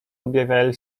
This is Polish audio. objawiali